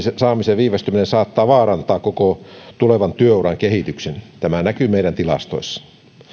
sen saamisen viivästyminen saattaa vaarantaa koko tulevan työuran kehityksen tämä näkyy meidän tilastoissa